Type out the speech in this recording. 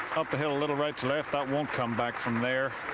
up the hill. a little right to left that won't come back from there.